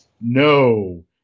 No